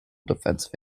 defensive